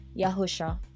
Yahusha